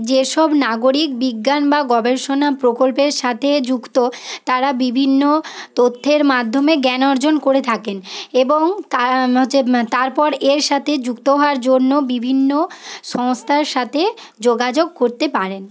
যেসব নাগরিক বিজ্ঞান বা গবেষণা প্রকল্পের সাথে যুক্ত তারা বিভিন্ন তথ্যের মাধ্যমে জ্ঞান অর্জন করে থাকেন এবং তারা হচ্ছে তারপর এর সাথে যুক্ত হওয়ার জন্য বিভিন্ন সংস্থার সাথে যোগাযোগ করতে পারেন